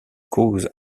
causes